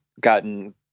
gotten